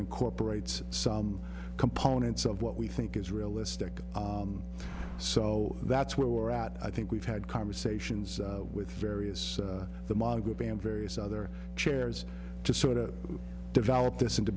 incorporates some components of what we think is realistic so that's where we're at i think we've had conversations with various the moderate and various other chairs to sort of develop this and to